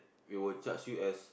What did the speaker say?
we will charge you as